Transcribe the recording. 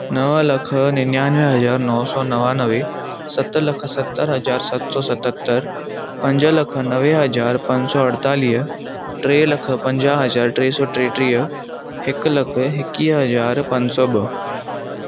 नव लखि निनयानवे हज़ार नौ सौ नवानवे सत लखि सतरि हज़ार सत सौ सतहतरि पंज लखि नवे हज़ार पंज सौ अठेतालीह टे लखि पंजाह हज़ार टे सौ टेटीह हिकु लखि एकवीह हज़ार पंज सौ ॿ